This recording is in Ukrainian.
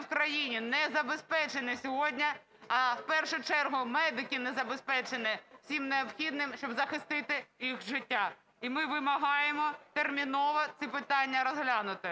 в країні не забезпечені сьогодні, а в першу чергу медики не забезпечені всім необхідним, щоб захистити їхнє життя. І ми вимагаємо терміново ці питання розглянути.